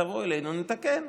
תבואו אלינו, נתקן.